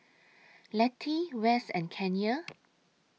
Letty West and Kanye